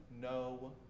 no